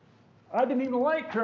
i didn't even like track!